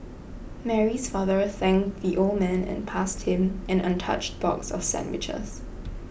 Mary's father thanked the old man and passed him an untouched box of sandwiches